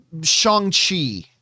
Shang-Chi